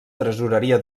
tresoreria